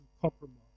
compromise